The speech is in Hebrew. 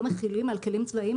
לא מחילים על כלים צבאיים.